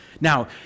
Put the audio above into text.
now